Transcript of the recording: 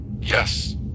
Yes